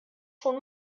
schon